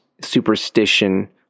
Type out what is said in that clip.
superstition